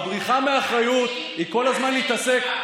אתה, הבריחה מאחריות היא כל הזמן להתעסק,